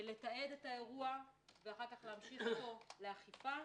לתעד את האירוע ואחר כך להמשיך אותו לאכיפה